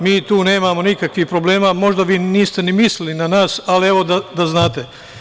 Mi tu nemamo nikakvih problema, možda vi niste ni mislili na nas, ali evo da znate.